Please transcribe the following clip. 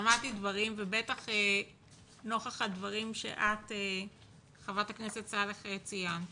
שמעתי דברים ובטח נוכח הדברים שאת ח"כ סאלח ציינת,